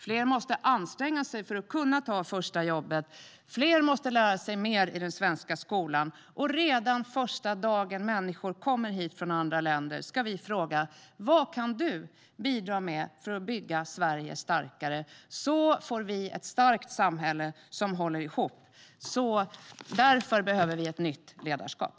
Fler måste anstränga sig för att kunna ta första jobbet. Fler måste lära sig mer i den svenska skolan. Redan första dagen som människor kommer hit från andra länder ska vi fråga: Vad kan du bidra med för att bygga Sverige starkare? Så får vi ett starkt samhälle som håller ihop. Därför behöver vi ett nytt ledarskap.